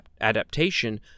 adaptation